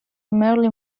merely